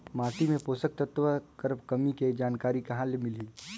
माटी मे पोषक तत्व कर कमी के जानकारी कहां ले मिलही?